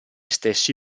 stessi